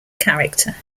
character